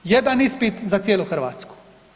Jedan ispit za cijelu Hrvatsku.